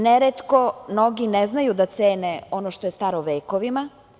Neretko mnogi ne znaju da cene ono što je staro vekovima.